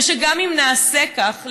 ושגם אם נעשה כך,